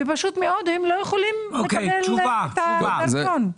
ופשוט הם לא יכולים לקבל את הדרכון.